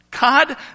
God